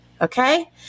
okay